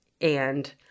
and-